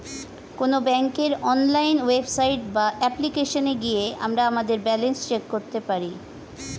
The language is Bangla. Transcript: কোনো ব্যাঙ্কের অনলাইন ওয়েবসাইট বা অ্যাপ্লিকেশনে গিয়ে আমরা আমাদের ব্যালেন্স চেক করতে পারি